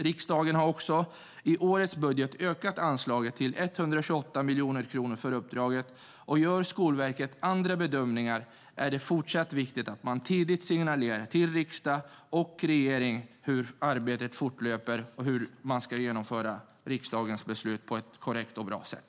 Riksdagen har också i årets budget ökat anslaget till 128 miljoner kronor för uppdraget. Gör Skolverket andra bedömningar är det viktigt att man tidigt signalerar till riksdag och regering hur arbetet fortskrider och hur man ska genomföra riksdagens beslut på att korrekt och bra sätt.